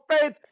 faith